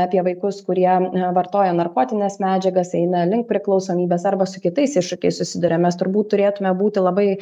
apie vaikus kurie vartoja narkotines medžiagas eina link priklausomybės arba su kitais iššūkiais susiduria mes turbūt turėtume būti labai